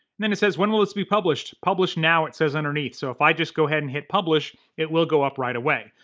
then it says when will this be published, publish now it says underneath, so if i just go ahead and hit publish, it will go up right away.